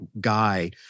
guy